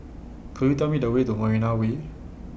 Could YOU Tell Me The Way to Marina Way